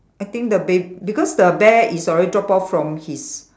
I think the bab~ because the bear is already drop off from his